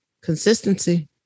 Consistency